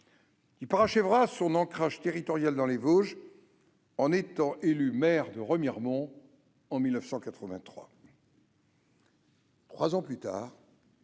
Il paracheva son ancrage territorial dans les Vosges en étant élu maire de Remiremont en 1983. Trois ans plus tard,